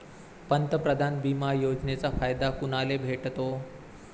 पंतप्रधान बिमा योजनेचा फायदा कुनाले भेटतो?